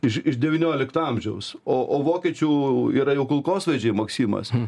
iš iš devyniolikto amžiaus o o vokiečių yra jau kulkosvaidžiai maksimas